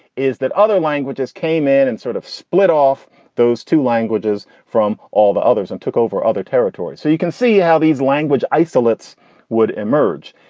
is that other languages came in and sort of split off those two languages from all the others and took over other territories. so you can see how these language isolates would emerge.